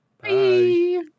Bye